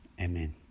amen